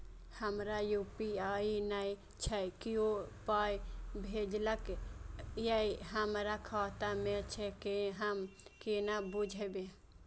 हमरा यू.पी.आई नय छै कियो पाय भेजलक यै हमरा खाता मे से हम केना बुझबै?